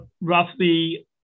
roughly